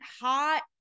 hot